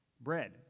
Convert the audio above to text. bread